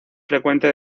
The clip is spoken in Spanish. frecuente